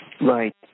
Right